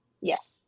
Yes